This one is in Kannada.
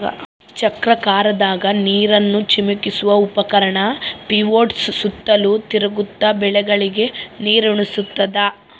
ಚಕ್ರಾಕಾರದಾಗ ನೀರನ್ನು ಚಿಮುಕಿಸುವ ಉಪಕರಣ ಪಿವೋಟ್ಸು ಸುತ್ತಲೂ ತಿರುಗ್ತ ಬೆಳೆಗಳಿಗೆ ನೀರುಣಸ್ತಾದ